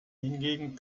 hingegen